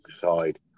side